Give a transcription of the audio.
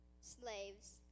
slaves